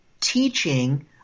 teaching